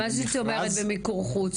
מה זאת אומרת מיקור חוץ?